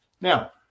Now